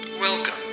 Welcome